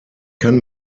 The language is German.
kann